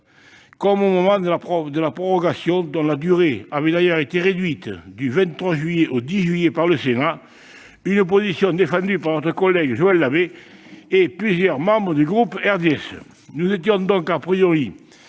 comme au moment de la prorogation de l'état d'urgence, dont la durée avait d'ailleurs été raccourcie du 23 juillet au 10 juillet par le Sénat, une position défendue par notre collègue Joël Labbé et plusieurs membres du groupe du RDSE. Nous étions donc majoritaires